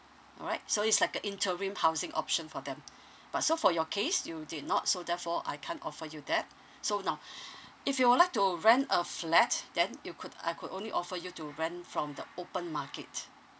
alright so it's like a interim housing option for them but so for your case you did not so therefore I can't offer you that so now if you would like to rent a flat then you could I could only offer you to rent from the open market